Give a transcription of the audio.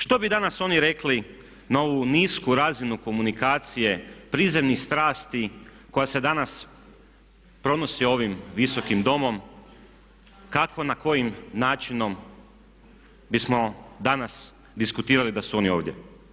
Što bi danas oni rekli na ovu nisku razinu komunikacije prizemnih strasti koja se danas pronosi ovim Visokim domom, kako na kojim načinom bismo danas diskutirali da su oni ovdje?